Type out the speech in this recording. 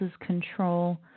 control